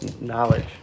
Knowledge